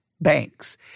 banks